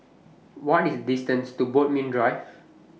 What IS The distance to Bodmin Drive